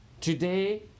Today